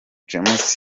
james